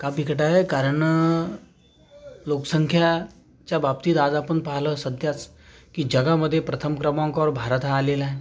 का बिकट आहे कारण लोकसंख्याच्या बाबतीत आज आपण पाहिलं सध्याचं की जगामध्ये प्रथम क्रमांकावर भारत हा आलेला आहे